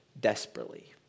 desperately